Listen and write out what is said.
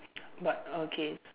but okay